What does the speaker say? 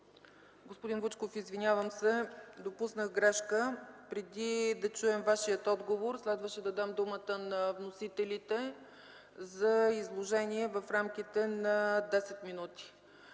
Господин Вучков, извинявам се, допуснах грешка. Преди да чуем Вашия отговор, следваше да дам думата на вносителите за изложение в рамките на 10 минути.